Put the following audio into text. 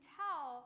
tell